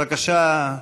בבקשה,